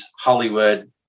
Hollywood